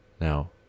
Now